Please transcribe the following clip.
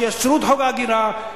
שיאשרו את חוק ההגירה,